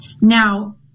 Now